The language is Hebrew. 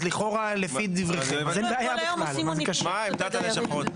לפי דבריכם אין בעיה בכלל.